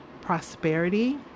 prosperity